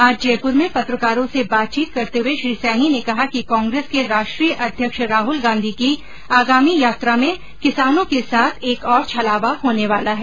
आज जयपुर में पत्रकारों से बातचीत करते हुए श्री सैनी ने कहा कि कांग्रेस के राष्ट्रीय अध्यक्ष राहुल गांधी की आगामी यात्रा में किसानों के साथ एक और छलावा होने वाला है